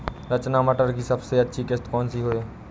रचना मटर की सबसे अच्छी किश्त कौन सी है?